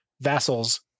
vassals